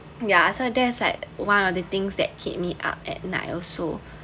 ya so that's like one of the things that keep me up at night also